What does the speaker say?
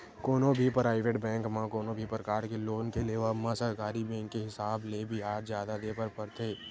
कोनो भी private bank म कोनो भी परकार के लोन के लेवब म सरकारी बेंक के हिसाब ले बियाज जादा देय बर परथे